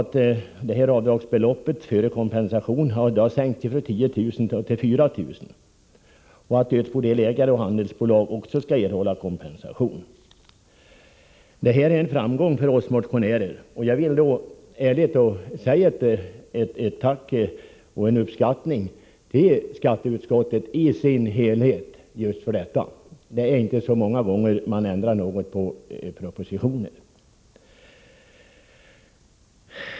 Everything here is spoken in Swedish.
Avdragsbeloppet före kompensation har sänkts från 10 000 till 4 000. Också dödsbodelägare och handelsbolag skall erhålla kompensation. Det är en framgång för oss motionärer. Jag vill ärligt säga ett tack och uttala min uppskattning för detta till skatteutskottet i dess helhet — det är inte så ofta man ändrar något i en proposition.